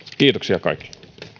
kiitoksia kaikille